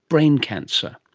brain cancer.